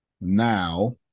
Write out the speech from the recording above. now